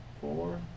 four